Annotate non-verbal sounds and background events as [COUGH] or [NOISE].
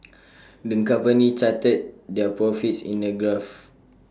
[NOISE] the company charted their profits in A graph